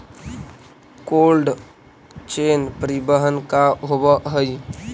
Cold chain परिवहन का होव हइ?